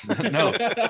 No